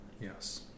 Yes